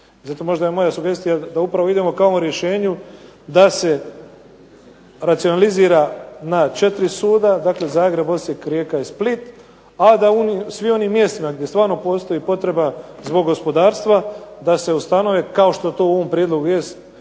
Zato možda je moja sugestija da upravo idemo ka ovom rješenju da se racionalizira na 4 suda, dakle Zagreb, Osijek, Rijeka i Split, a da u svim onim mjestima gdje stvarno postoji potreba zbog gospodarstva da se ustanove kao što to u ovom prijedlogu jest,